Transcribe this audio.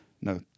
no